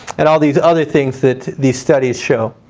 and all these other things that these studies show.